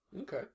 Okay